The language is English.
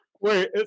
Wait